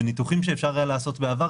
וניתוחים שאפשר היה לעשות בעבר,